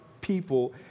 people